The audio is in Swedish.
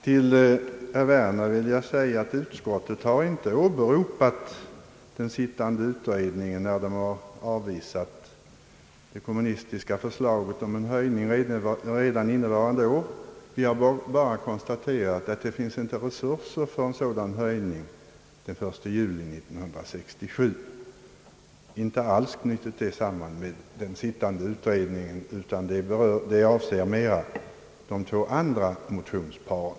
Till herr Werner vill jag säga, att utskottet inte åberopat den sittande utredningen när det avvisat det kommunistiska förslaget om en höjning redan innevarande år. Vi har konstaterat att det inte finns resurser för en sådan höjning den 1 juli 1967. Och vi har sålunda inte knutit dessa motioner samman med det yrkande som avser de två andra motionsparen.